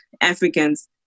Africans